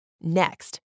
Next